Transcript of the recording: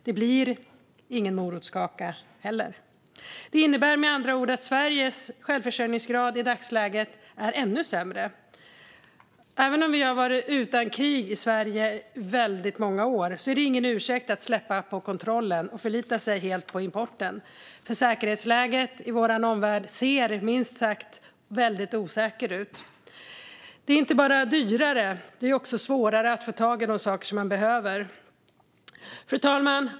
Det blir ingen morotskaka. Det innebär med andra ord att Sveriges självförsörjningsgrad i dagsläget är ännu sämre än så. Även om vi har varit utan krig i Sverige i väldigt många år är det ingen ursäkt för att släppa på kontrollen och förlita sig helt på importen. Säkerhetsläget i vår omvärld ser minst sagt väldigt osäkert ut. Det är inte bara dyrare, utan också svårare, att få tag i de saker man behöver. Fru talman!